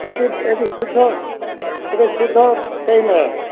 ଏଇଟି ଏଇଟି ଶୁଦ୍ଧ ଏଇଟି ଶୁଦ୍ଧ ଟାଇମ୍ ହେ